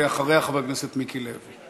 ואחריה, חבר הכנסת מיקי לוי.